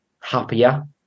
happier